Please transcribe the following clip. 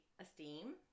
esteem